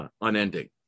unending